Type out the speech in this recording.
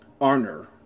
Arner